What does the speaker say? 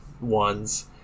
ones